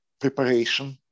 preparation